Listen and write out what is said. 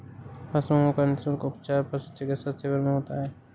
पशुओं का निःशुल्क उपचार पशु चिकित्सा शिविर में होता है